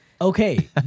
Okay